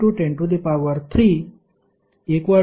G1R151030